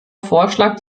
vorschlag